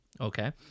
okay